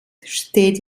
steht